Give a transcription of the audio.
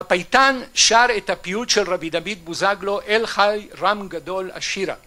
הפייטן שר את הפיוט של רבי דוד בוזגלו, אל חי רם גדול אשירה.